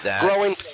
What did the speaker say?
Growing